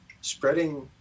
spreading